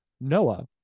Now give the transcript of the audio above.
Noah